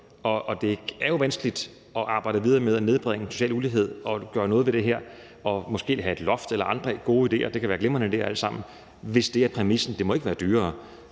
og det er jo vanskeligt at arbejde videre med at nedbringe social ulighed og gøre noget ved det her – måske have et loft eller andre gode idéer, som alle sammen kan være glimrende – hvis præmissen er, at det ikke må være dyrere.